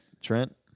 Trent